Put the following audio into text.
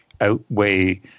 outweigh –